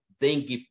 dengue